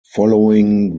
following